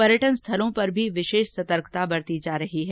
पर्यटन स्थलों पर भी विशेष सतर्कता बरती जा रही है